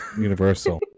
Universal